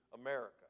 America